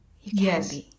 Yes